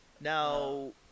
Now